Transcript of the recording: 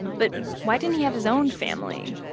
but why didn't he have his own family?